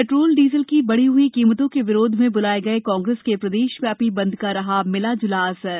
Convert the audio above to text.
petrol diesel की बढ़ी हुई कीमतों के विरोध में बुलाए गए कांग्रेस के प्रदेशव्यापी बंद का रहा मिला जुला असर